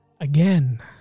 again